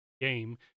game